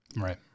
Right